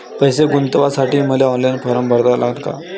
पैसे गुंतवासाठी मले ऑनलाईन फारम भरा लागन का?